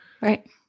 Right